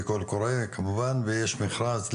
בקול קורא כמובן ויש מכרז למתכננים,